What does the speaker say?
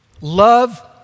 Love